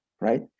right